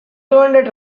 turned